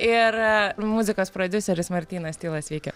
ir muzikos prodiuseris martynas tyla sveiki